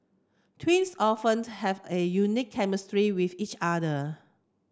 twins often have a unique chemistry with each other